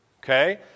Okay